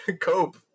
Cope